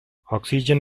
oxygen